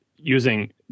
Using